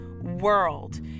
world